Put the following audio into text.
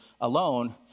alone